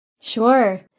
Sure